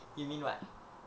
you mean what